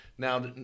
Now